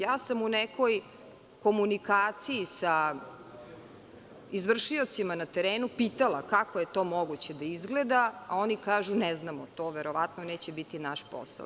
Ja sam u nekoj komunikaciji sa izvršiocima na terenu pitala kako je to moguće da izgleda, a oni kažu – ne znamo, to verovatno neće biti naš posao.